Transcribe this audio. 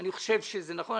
אני חושב שזה נכון.